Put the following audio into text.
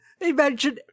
imagine